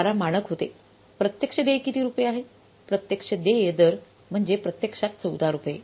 12 मानक होते प्रत्यक्ष देय किती रुपये आहे प्रत्यक्ष देय दर म्हणजे प्रत्यक्षात 14 रुपये